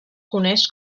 coneix